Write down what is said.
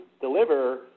deliver